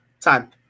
Time